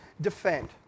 defend